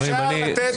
אפשר לתת ליואב?